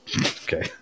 Okay